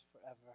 forever